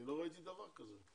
לא ראיתי דבר כזה.